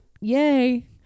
Yay